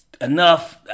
enough